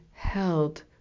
held